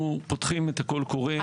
אנחנו פותחים את הקול קורא.